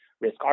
risk